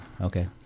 okay